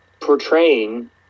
portraying